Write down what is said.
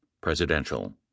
Presidential